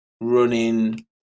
running